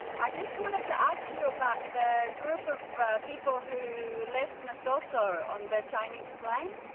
i just wanted to ask you about the group of people who left nasoso on the chinese plane.